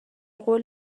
قول